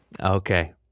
Okay